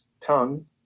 Tongue